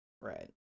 Right